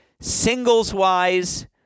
Singles-wise